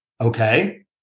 Okay